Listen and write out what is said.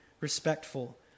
respectful